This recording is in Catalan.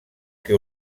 que